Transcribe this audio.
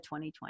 2020